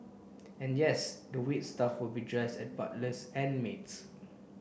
and yes the wait staff will be dressed as butlers and maids